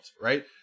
Right